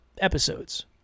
episodes